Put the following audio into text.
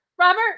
Robert